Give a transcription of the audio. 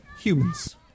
Humans